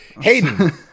Hayden